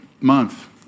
month